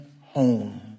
home